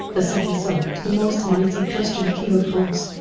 the second son to the most mighty christian king of france,